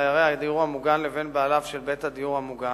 דיירי הדיור המוגן ובין בעליו של בית הדיור המוגן,